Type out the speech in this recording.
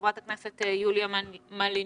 יואל רזבוזוב.